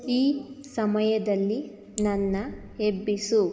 ಈ ಸಮಯದಲ್ಲಿ ನನ್ನ ಎಬ್ಬಿಸು